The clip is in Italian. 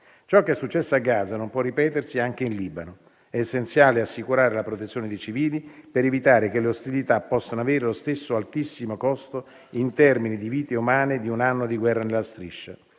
Ciò che è successo a Gaza non può ripetersi anche in Libano. È essenziale assicurare la protezione dei civili, per evitare che le ostilità possano avere lo stesso altissimo costo in termini di vite umane di un anno di guerra nella Striscia.